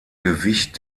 gewicht